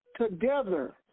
together